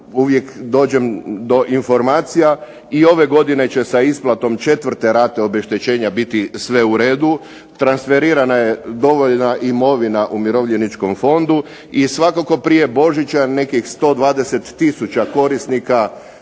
uvijek dođem do informacija, i ove godine će sa isplatom četvrte rate obeštećenja biti sve u redu, transferirana je dovoljna imovina umirovljeničkom fondu, i svakako prije Božića nekih 120 tisuća korisnika